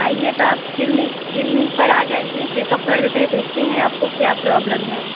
आईये तब clinic clinic पर आ जाइए चेकअप कर देते हैं देखते हैं आपको क्या प्रॉब्लम है